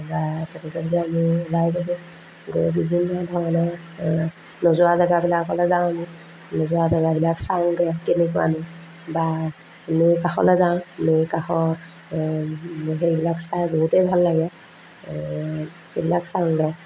বা তেনেকৈ হ'লেও আমি ওলাই গৈ গৈ বিভিন্ন ধৰণৰ নোযোৱা জেগাবিলাকলৈ যাওঁ আমি নোযোৱা জেগাবিলাক চাওঁগৈ কেনেকুৱানো বা নৈৰ কাষলৈ যাওঁ নৈৰ কাষৰ সেইবিলাক চাই বহুতেই ভাল লাগে সেইবিলাক চাওঁগৈ